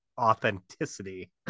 authenticity